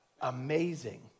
amazing